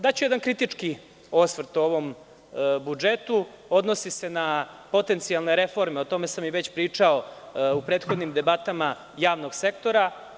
Daću jedan kritički osvrt ovom budžetu, odnosi se na potencijalne reforme, o tome sam već pričao u prethodnim debatama javnog sektora.